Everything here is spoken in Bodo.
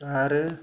दा आरो